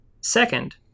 Second